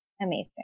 amazing